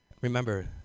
Remember